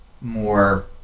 more